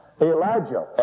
Elijah